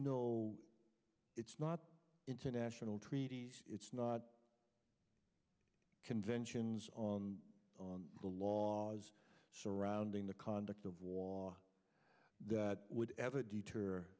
no it's not international treaties it's not conventions on the laws surrounding the conduct of war that would